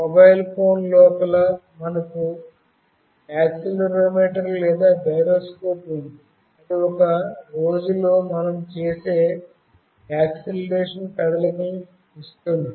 మా mobile phone లోపల మనకు యాక్సిలెరోమీటర్ లేదా గైరోస్కోప్ ఉంది ఇది ఒక రోజులో మనం చేసే యాక్సిలెరోషన్ కదలికను ఇస్తుంది